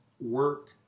Work